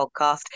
podcast